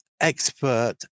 expert